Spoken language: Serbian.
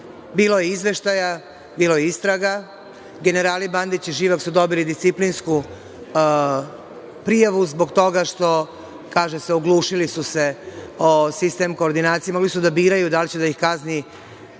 je izveštaja, bilo je istraga. Generali Bandić i Živak su dobili disciplinsku prijavu zbog toga što, kaže se, oglušili su se o sistem koordinacijom. Mogli su da biraju da li će da ih kazni